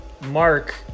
Mark